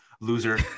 loser